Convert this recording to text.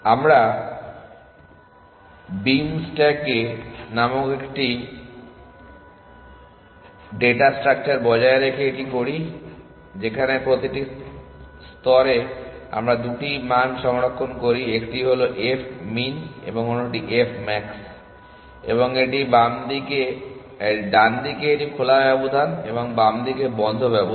আমরা beam stack নামক আরেকটি ডেটা স্ট্রাকচার বজায় রেখে এটি করি যেখানে প্রতিটি স্তরে আমরা 2 টি মান সংরক্ষণ করি একটি হলো f min এবং অন্যটি f max এবং এটি ডানদিকে একটি খোলা ব্যবধান এবং বাম দিকে বন্ধ ব্যবধান